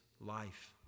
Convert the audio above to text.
life